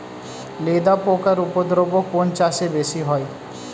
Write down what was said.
লেদা পোকার উপদ্রব কোন চাষে বেশি হয়?